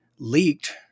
leaked